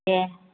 दे